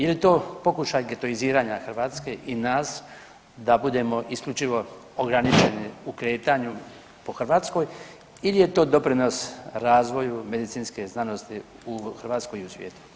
Je li to pokušaj getoiziranja Hrvatske i nas da budemo isključivo ograničeni u kretanju po Hrvatskoj ili je to doprinos razvoju medicinske znanosti u Hrvatskoj i u svijetu?